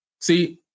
See